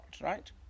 right